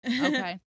Okay